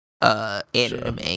anime